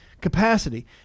capacity